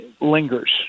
lingers